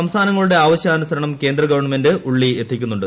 സംസ്ഥാനങ്ങളുടെ ആവശ്യാനുസരണം കേന്ദ്ര ഗവൺമെന്റ് ഉള്ളി എത്തിക്കുന്നുണ്ട്